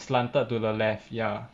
slanted to the left ya